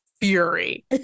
fury